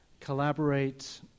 collaborate